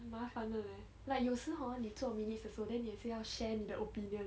很麻烦的 leh like 有时 hor 你做 minutes 的时候 then 你也是要 share 你的 opinion